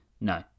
no